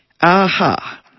Aha